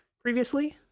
previously